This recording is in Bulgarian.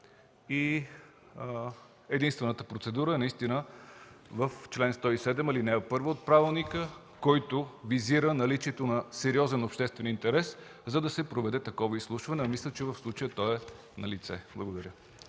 Единствената процедура е в чл. 107, ал. 1 от правилника, който визира наличието на сериозен обществен интерес, за да се проведе такова изслушване, а мисля, че в случая това е налице.